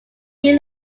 view